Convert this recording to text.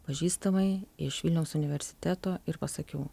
pažįstamai iš vilniaus universiteto ir pasakiau